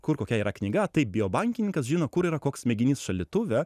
kur kokia yra knyga taip biobankininkas žino kur yra koks mėginys šaldytuve